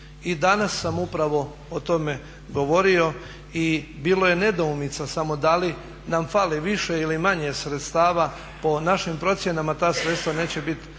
I danas sam upravo o tome govorio. Bilo je nedoumica samo da li nam fali više ili manje sredstava. Po našim procjenama ta sredstva neće biti